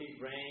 rain